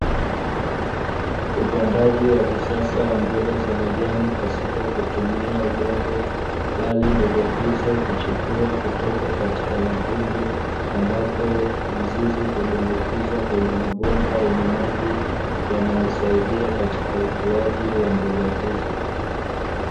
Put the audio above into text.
Upandaji wa kisasa wa mboga za majani pasipo kutumia udongo, bali mboga hizo huchipua kutoka katika matundu, ambapo mizizi hutumbukizwa kwenye mabomba yenye maji yanayosaidia katika ukuaji wa mboga hizo.